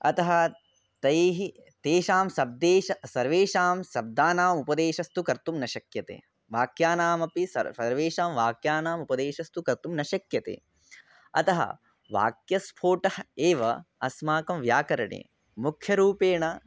अतः तैः तेषां शब्देषु सर्वेषां शब्दानाम् उपदेशस्तु कर्तुं न शक्यते वाक्यानामपि स सर्वेषां वाक्यानाम् उपदेशस्तु कर्तुं न शक्यते अतः वाक्यस्फोटः एव अस्माकं व्याकरणे मुख्यरूपेण